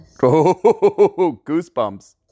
goosebumps